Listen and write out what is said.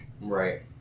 Right